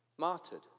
martyred